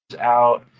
out